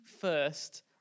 first